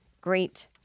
great